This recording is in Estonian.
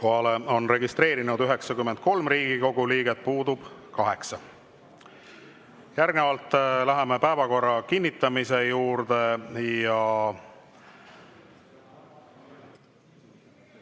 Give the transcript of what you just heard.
on registreerunud 93 Riigikogu liiget, puudub 8.Järgnevalt läheme päevakorra kinnitamise juurde.